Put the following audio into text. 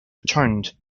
returned